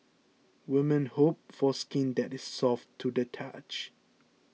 women hope for skin that is soft to the touch